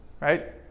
right